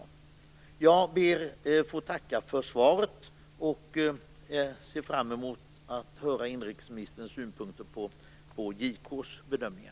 Jag ber att få tacka för svaret. Jag ser fram emot att få höra inrikesministerns synpunkter på JK:s bedömningar.